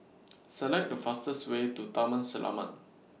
Select The fastest Way to Taman Selamat